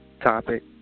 topic